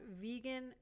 vegan